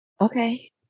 Okay